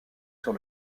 sur